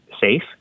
safe